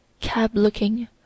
cab-looking